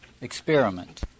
experiment